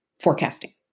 forecasting